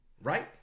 right